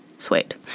Sweet